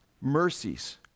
mercies